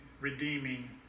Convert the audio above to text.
redeeming